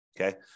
okay